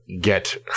get